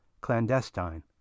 Clandestine